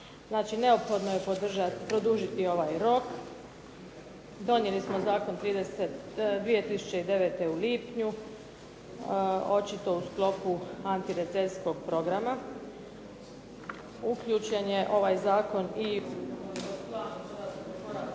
neophodno je produžiti ovaj rok, donijeli smo Zakon 2009. u lipnju, očito u sklopu antirecesijskog programa. Uključen je ovaj